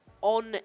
on